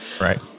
right